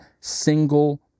single